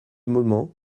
moment